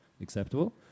acceptable